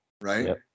right